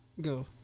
go